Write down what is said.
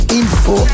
info